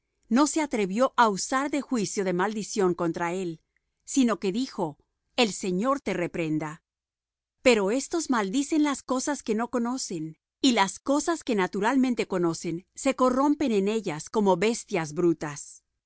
no se atrevió á usar de juicio de maldición contra él sino que dijo el señor te reprenda pero éstos maldicen las cosas que no conocen y las cosas que naturalmente conocen se corrompen en ellas como bestias brutas